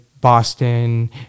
Boston